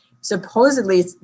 supposedly